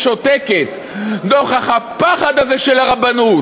ששותקת נוכח הפחד הזה של הרבנות,